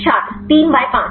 छात्र ३ बाय ५